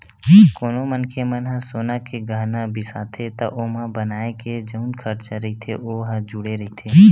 कोनो मनखे मन ह सोना के गहना बिसाथे त ओमा बनाए के जउन खरचा रहिथे ओ ह जुड़े रहिथे